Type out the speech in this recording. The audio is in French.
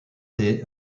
des